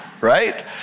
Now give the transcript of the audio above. right